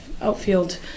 outfield